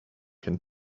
can